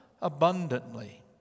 abundantly